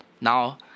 Now